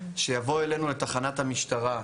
שיבוא אלינו לתחנת המשטרה,